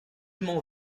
m’en